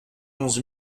onze